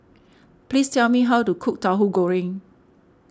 please tell me how to cook Tahu Goreng